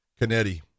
Canetti